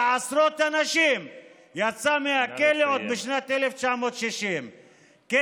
עשרות אנשים יצא מהכלא עוד בשנת 1960. נא לסיים.